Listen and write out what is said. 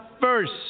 first